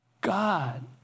God